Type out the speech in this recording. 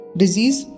disease